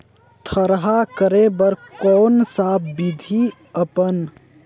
थरहा करे बर कौन सा विधि अपन?